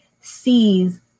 sees